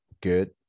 good